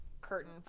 curtain